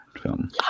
film